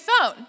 phone